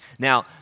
Now